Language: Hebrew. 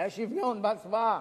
היה שוויון בהצבעה.